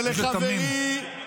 (חבר הכנסת נאור שירי יוצא מאולם המליאה.) ולחברי,